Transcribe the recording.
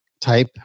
type